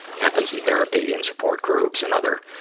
happens in therapy and support groups and other